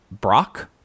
Brock